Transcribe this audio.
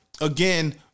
again